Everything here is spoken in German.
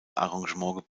arrangement